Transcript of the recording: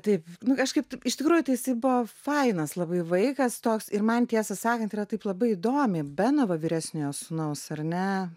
taip nu kažkaip taip iš tikrųjų tai jisai buvo fainas labai vaikas toks ir man tiesą sakant yra taip labai įdomiai beno va vyresniojo sūnaus ar ne